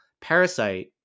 Parasite